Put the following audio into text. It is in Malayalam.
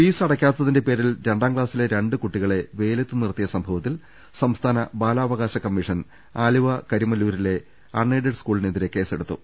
ഫീസടക്കാത്തിന്റെ പേരിൽ രണ്ടാം ക്ലാസിലെ രണ്ട് കുട്ടികളെ വെയിലത്ത് നിർത്തിയ സംഭവത്തിൽ സംസ്ഥാന ബാലാവകാശ കമ്മിഷൻ ആലുവ കരിമല്ലൂരിലെ അൺഎയ്ഡഡ് സ്കൂളിനെതിരെ കേസെടുത്തു